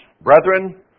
Brethren